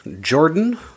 Jordan